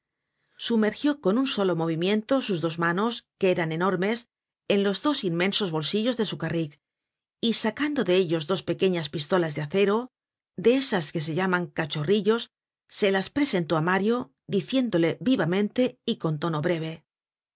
sumergió con un solo movimiento sus dos manos que eran enormes en los dos inmensos bolsillos de su carrik y sacando de ellos dos pequeñas pistolas de acero de esas que se llaman cachorrillos se las presentó á mario diciéndole vivamente y con tono breve